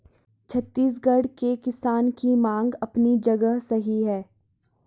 छत्तीसगढ़ के किसान की मांग अपनी जगह सही है